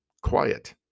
quiet